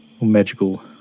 magical